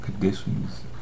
conditions